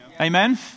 Amen